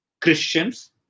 Christians